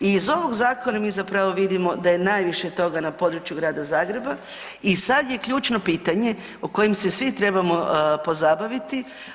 I iz ovog zakona mi zapravo vidimo da je najviše toga na području Grada Zagreba i sad je ključno pitanje o kojem se svi trebamo pozabaviti.